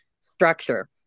structure